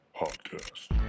podcast